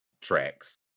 tracks